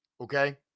okay